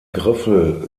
griffel